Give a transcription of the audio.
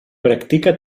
practica